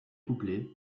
couplet